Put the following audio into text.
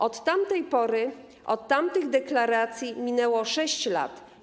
Od tamtej pory, od tamtych deklaracji, minęło 6 lat.